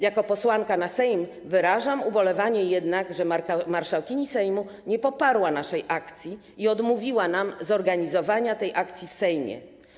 Jako posłanka na Sejm wyrażam ubolewanie jednak, że marszałkini Sejmu nie poparła naszej akcji i odmówiła nam zorganizowania tej akcji w Sejmie.